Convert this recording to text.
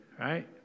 right